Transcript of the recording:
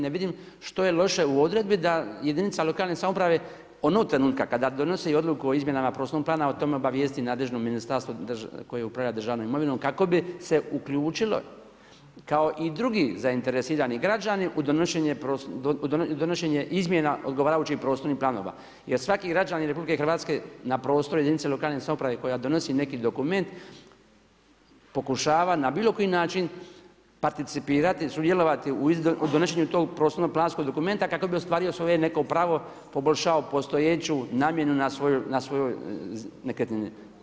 Ne vidim što je loše u odredbi da jedinica lokalne samouprave onog trenutka kada donosi i odluku o izmjenama prostornog plana o tome obavijesti i nadležno ministarstvo koje upravlja državnom imovinom kako bi se uključilo kao i drugi zainteresirani građani u donošenje izmjena odgovarajućih prostornih planova jer svaki građanin RH na prostoru jedinice lokalne samouprave koja donosi neki dokument pokušava na bilo koji način participirati, sudjelovati u donošenju tog prostorno planskog dokumenta kako bi ostvario svoje neko pravo, poboljšao postojeću namjenu na svojoj nekretnini.